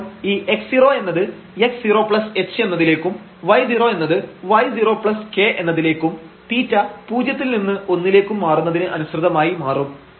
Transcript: അപ്പോൾ ഈ x൦ എന്നത് x0h എന്നതിലേക്കും y0 എന്നത് y0k എന്നതിലേക്കും θ പൂജ്യത്തിൽ നിന്നും ഒന്നിലേക്ക് മാറുന്നതിന് അനുസൃതമായി മാറും